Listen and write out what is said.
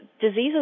diseases